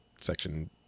section